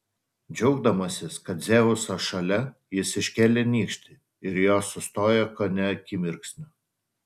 džiaugdamasis kad dzeusas šalia jis iškėlė nykštį ir jos sustojo kone akimirksniu